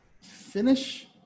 finish